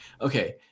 Okay